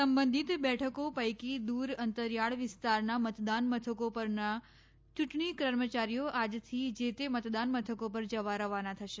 સંબંધિત બેઠકો પૈકી દૂર અંતરિયાળ વિસ્તારના મતદાન મથકો પરના ચૂંટણી કર્મચારીઓ આજથી જે તે મતદાન મથકો પર જવા રવાના થશે